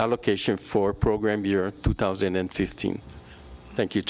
allocation for program year two thousand and fifteen thank you